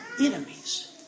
enemies